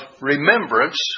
remembrance